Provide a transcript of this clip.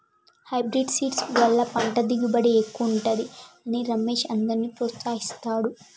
hybrid seeds వల్ల పంట దిగుబడి ఎక్కువుంటది అని రమేష్ అందర్నీ ప్రోత్సహిస్తాడు